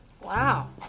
Wow